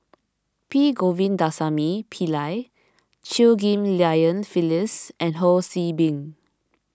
P Govindasamy Pillai Chew Ghim Lian Phyllis and Ho See Beng